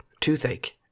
toothache